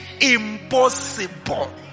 impossible